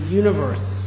universe